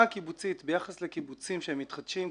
הקיבוצית ביחס לקיבוצים שהם מתחדשים,